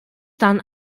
dann